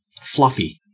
fluffy